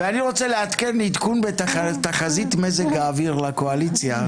ואני רוצה לעדכן עדכון בתחזית מזג האוויר לקואליציה.